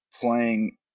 playing